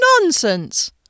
Nonsense